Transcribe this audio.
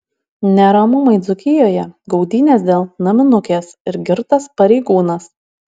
neramumai dzūkijoje gaudynės dėl naminukės ir girtas pareigūnas